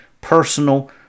personal